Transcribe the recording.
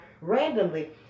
randomly